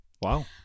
Wow